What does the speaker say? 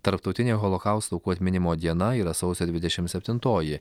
tarptautinė holokausto aukų atminimo diena yra sausio dvidešim septintoji